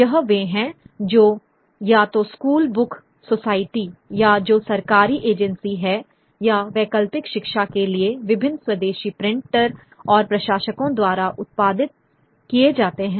यह वे हैं जो या तो स्कूल बुक सोसायटी या जो सरकारी एजेंसी है या वैकल्पिक शिक्षा के लिए विभिन्न स्वदेशी प्रिंटर और प्रकाशकों द्वारा उत्पादित किए जाते हैं